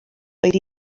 oedd